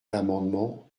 l’amendement